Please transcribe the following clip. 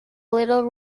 little